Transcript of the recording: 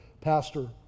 pastor